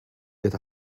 get